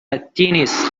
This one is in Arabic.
التنس